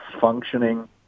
functioning